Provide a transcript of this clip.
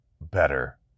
better